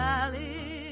Valley